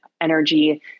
energy